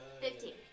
Fifteen